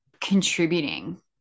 contributing